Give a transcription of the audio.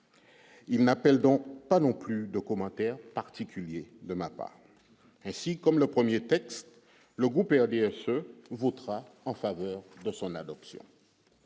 il n'appelle donc pas non plus de commentaire particulier de ainsi, comme le 1er texte le groupe RDSE votera en faveur de son adoption,